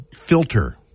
filter